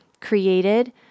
created